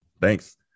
thanks